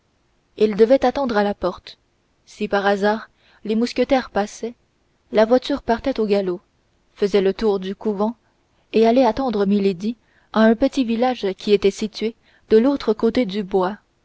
il devait attendre à la porte si par hasard les mousquetaires paraissaient la voiture partait au galop faisait le tour du couvent et allait attendre milady à un petit village qui était situé de l'autre côté du bois